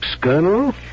Colonel